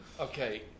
Okay